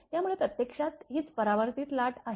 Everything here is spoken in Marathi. त्यामुळे प्रत्यक्षात हीच परावर्तित लाट आहे